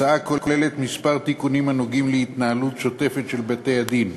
הצעת החוק כוללת כמה תיקונים הנוגעים בהתנהלות השוטפת של בתי-הדין: